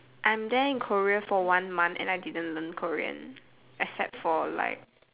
I'm there in Korea for one month and I didn't learn Korean except for like